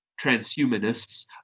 transhumanists